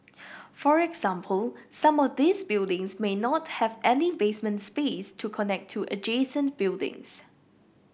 for example some of these buildings may not have any basement space to connect to adjacent buildings